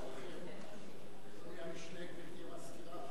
אדוני המשנה לראש הממשלה,